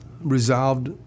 resolved